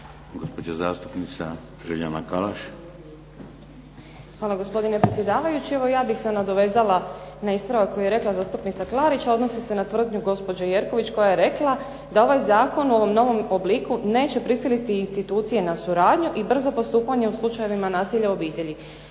**Podrug, Željana (HDZ)** Hvala gospodine predsjedavajući. Evo ja bih se nadovezala na ispravak koji je rekla zastupnica Klarić, a odnosi se na tvrdnju gospođe Jerković koja je rekla da ovaj zakon u ovom novom obliku neće prisiliti institucije na suradnju i brzo postupanje u slučajevima nasilja u obitelji.